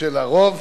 של הרוב,